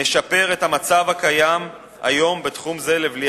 נשפר את המצב הקיים היום בתחום זה לבלי